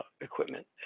equipment